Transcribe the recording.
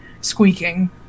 squeaking